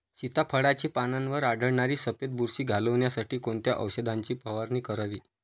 सीताफळाचे पानांवर आढळणारी सफेद बुरशी घालवण्यासाठी कोणत्या औषधांची फवारणी करावी?